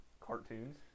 Cartoons